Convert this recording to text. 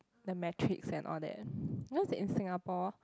the metrics and all that in Singapore